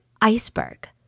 iceberg